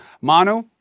Manu